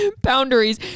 boundaries